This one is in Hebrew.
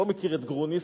לא מכיר את גרוניס,